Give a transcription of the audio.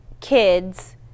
kids